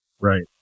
Right